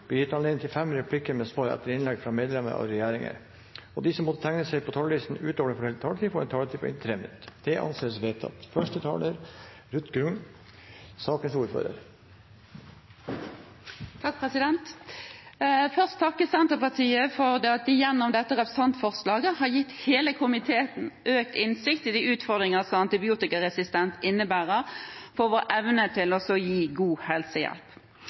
de som måtte tegne seg på talerlisten utover den fordelte taletid, får en taletid på inntil 3 minutter. – Det anses vedtatt. Jeg vil først takke Senterpartiet for at de gjennom dette representantforslaget har gitt hele komiteen økt innsikt i de utfordringer som antibiotikaresistens innebærer for vår evne til å gi god helsehjelp.